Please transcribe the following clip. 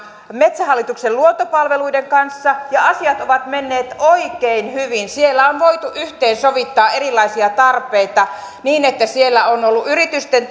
metsähallituksen luontopalveluiden kanssa ja asiat ovat menneet oikein hyvin siellä on voitu yhteensovittaa erilaisia tarpeita niin että siellä ovat olleet yritysten